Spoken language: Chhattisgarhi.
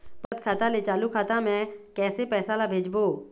बचत खाता ले चालू खाता मे कैसे पैसा ला भेजबो?